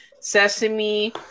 sesame